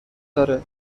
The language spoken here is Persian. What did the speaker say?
داره